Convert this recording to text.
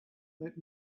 let